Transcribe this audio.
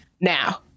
Now